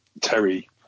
Terry